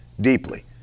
deeply